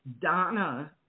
Donna